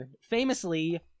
Famously